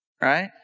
right